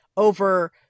Over